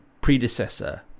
predecessor